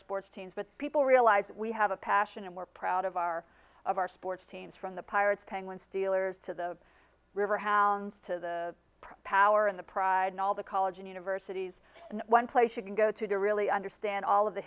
sports teams but people realize that we have a passion and we're proud of our of our sports teams from the pirates penguins steelers to the river hallums to the power and the pride and all the college and universities and one place you can go to to really understand all of the